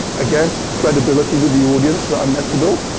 again, credibility with the audience that i meant to build.